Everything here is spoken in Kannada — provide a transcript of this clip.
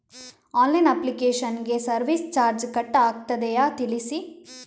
ಆನ್ಲೈನ್ ಅಪ್ಲಿಕೇಶನ್ ಗೆ ಸರ್ವಿಸ್ ಚಾರ್ಜ್ ಕಟ್ ಆಗುತ್ತದೆಯಾ ತಿಳಿಸಿ?